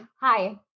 hi